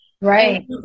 Right